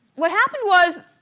what happened was,